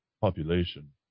population